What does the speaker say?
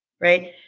Right